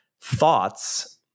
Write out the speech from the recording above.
thoughts